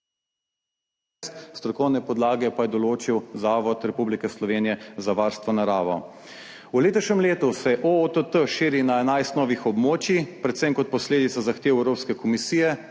strokovne podlage pa je določil Zavod Republike Slovenije za varstvo narave. V letošnjem letu se OOTT širi na 11 novih območij, predvsem kot posledica zahtev Evropske komisije